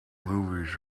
movies